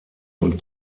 und